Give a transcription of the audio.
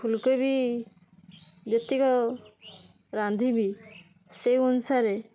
ଫୁଲକୋବି ଯେତିକ ରାନ୍ଧିବି ସେଇ ଅନୁସାରେ